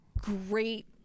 great